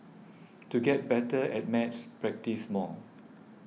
to get better at maths practise more